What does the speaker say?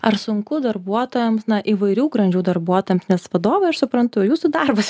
ar sunku darbuotojams na įvairių grandžių darbuotojams nes vadovai aš suprantu jūsų darbas